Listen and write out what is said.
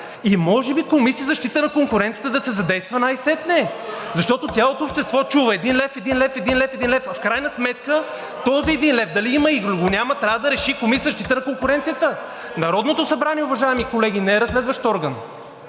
И може би Комисията за защита на конкуренцията да се задейства най-сетне? Защото цялото общество чува: един лев, един лев, един лев..., а в крайна сметка този един лев дали го има, или го няма трябва да реши Комисията за защита на конкуренцията. Народното събрание, уважаеми колеги, не е разследващ орган.